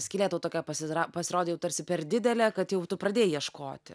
skylė tau tokia pasidar pasirodė jau tarsi per didelė kad jau tu pradėjai ieškoti